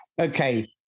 Okay